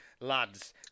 lads